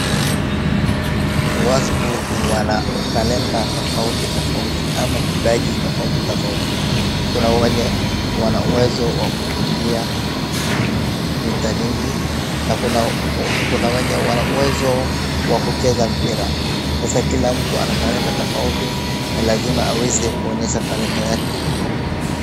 Watu wana talanta tofauti tofauti ama kipaji tofauti tofauti . Kuna wenye wana uwezo wa kukimbia mita nyingi na kuna wenye wana uwezo wa kucheza mpira. Sasa kila mtu ana talanta tofauti na lazima aweze kuonyesha talanta yake.